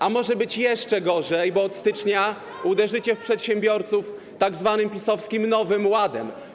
A może być jeszcze gorzej, bo od stycznia uderzycie w przedsiębiorców tzw. PiS-owskim Nowym Ładem.